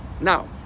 Now